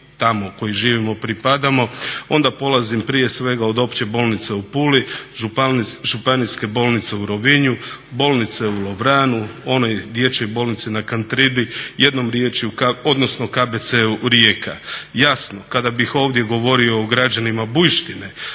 kada bih ovdje govorio o građanima Bujštine